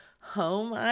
Home